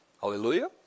Hallelujah